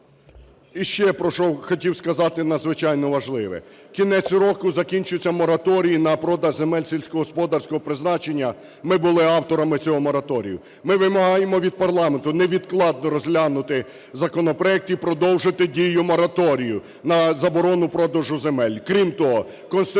І ще про що хотів сказати, надзвичайно важливе. Кінець року, закінчується мораторій на продаж земель сільськогосподарського призначення. Ми були авторами цього мораторію. Ми вимагаємо від парламенту невідкладно розглянути законопроект і продовжити дію мораторію на заборону продажу земель. Крім того, Конституційний